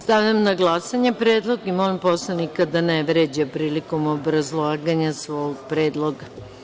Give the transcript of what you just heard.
Stavljam na glasanje Predlog i molim poslanika da ne vređa prilikom obrazlaganja svog Predloga.